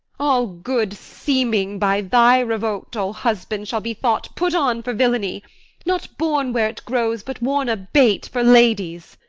all good seeming, by thy revolt, o husband, shall be thought put on for villainy not born where't grows, but worn a bait for ladies.